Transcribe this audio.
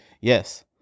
yes